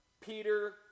Peter